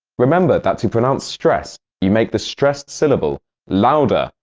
remember that to pronounce stress, you make the stressed syllable louder,